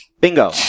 Bingo